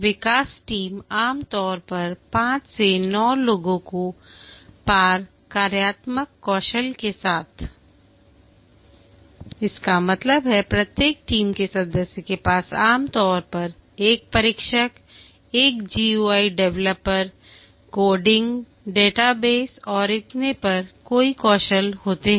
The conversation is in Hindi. विकास टीम आम तौर पर 5 से 9 लोगों को पार कार्यात्मक कौशल के साथ इसका मतलब है प्रत्येक टीम के सदस्य के पास आमतौर पर एक परीक्षक एक GUI डेवलपर कोडिंग डेटाबेस और इतने पर कई कौशल होते हैं